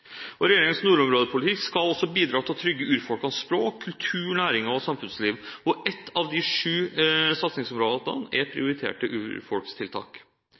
nordområdepolitikk skal også bidra til å trygge urfolkenes språk, kultur, næringer og samfunnsliv. Et av de syv satsingsområdene er prioritert til urfolkstiltak.